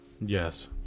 Yes